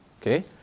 Okay